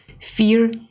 fear